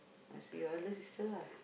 must be your elder sister ah